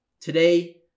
today